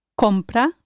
compra